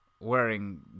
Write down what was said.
wearing